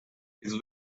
his